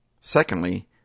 secondly